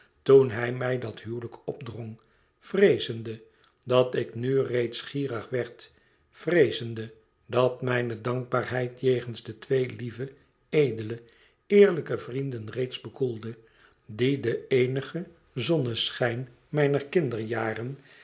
toen hij mij dat huwelijk opdrong vreezende dat ik nu reeds gierig werd vreezende dat mijne dankbaarheid jegens de twee lieve edele eerlijke vrienden reeds bekoelde die de eenige zonneschijn mijner kinderjaren